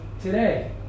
today